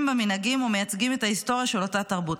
במנהגים ומייצגים את ההיסטוריה של אותה תרבות".